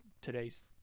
today's